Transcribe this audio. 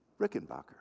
Rickenbacker